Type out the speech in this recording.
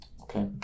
Okay